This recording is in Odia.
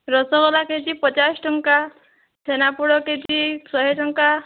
ରସଗୋଲା କେଜି ପଚାଶ ଟଙ୍କା ଛେନାପୋଡ଼ କେଜି ଶହେ ଟଙ୍କା